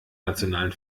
nationalen